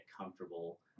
comfortable